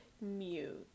Mute